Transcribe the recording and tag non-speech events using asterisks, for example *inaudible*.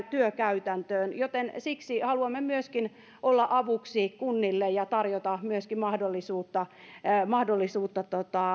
*unintelligible* työkäytäntöön joten siksi haluamme myöskin olla avuksi kunnille ja tarjota myöskin mahdollisuutta mahdollisuutta